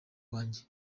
wanjye